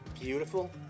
beautiful